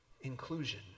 inclusion